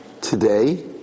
today